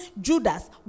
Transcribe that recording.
Judas